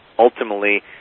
ultimately